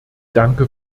danke